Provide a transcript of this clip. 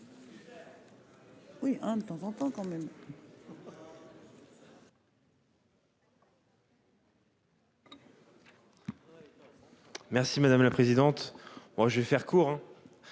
Merci madame la présidente. Moi je vais faire court